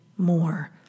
more